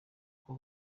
kuko